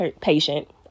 patient